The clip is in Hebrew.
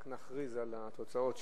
ורק נכריז על התוצאות.